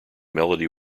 melody